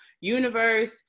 universe